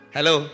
Hello